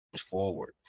forward